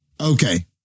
Okay